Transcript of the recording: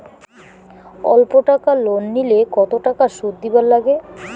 অল্প টাকা লোন নিলে কতো টাকা শুধ দিবার লাগে?